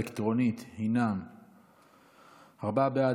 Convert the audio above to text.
תוצאות ההצבעה האלקטרונית הן ארבעה בעד,